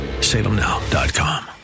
salemnow.com